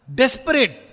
desperate